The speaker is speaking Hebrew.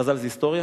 חז"ל זה היסטוריה?